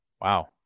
Wow